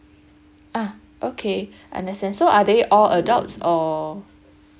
ah okay understand so are they all adults or